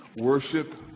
worship